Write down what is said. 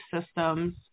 systems